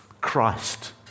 Christ